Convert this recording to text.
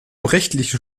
rechtlichen